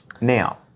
Now